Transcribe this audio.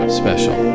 special